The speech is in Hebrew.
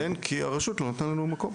אין, כי הרשות לא נתנה לנו מקום.